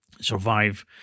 survive